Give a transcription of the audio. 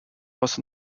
was